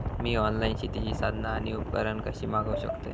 मी online शेतीची साधना आणि उपकरणा कशी मागव शकतय?